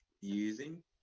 using